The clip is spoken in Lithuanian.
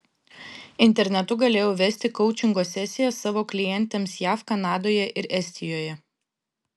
internetu galėjau vesti koučingo sesijas savo klientėms jav kanadoje ir estijoje